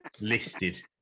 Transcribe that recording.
listed